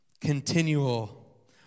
continual